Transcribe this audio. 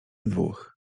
dwóch